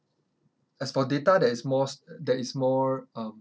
as for data that is more s~ that is more um